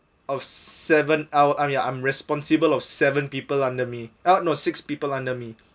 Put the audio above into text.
of seven I'm ya I'm responsible of seven people under me oh no six people under me